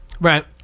Right